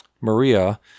Maria